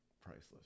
priceless